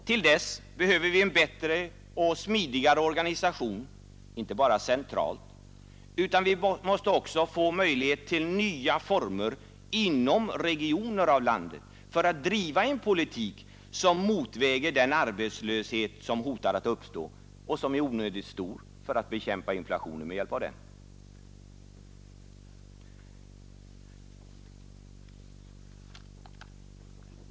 Till dess behöver vi en bättre och smidigare organisation inte bara centralt — vi måste också få fram nya former för att inom regioner av landet driva en politik som motväger den arbetslöshet som hotar att uppstå och som är onödigt stor för att vara ett medel att bekämpa inflationen med.